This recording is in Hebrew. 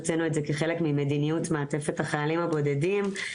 הוצאנו את זה כחלק ממדיניות מעטפת החיילים הבודדים.